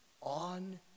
on